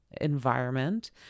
environment